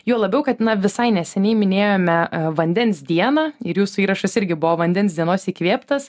juo labiau kad na visai neseniai minėjome vandens dieną ir jūsų įrašas irgi buvo vandens dienos įkvėptas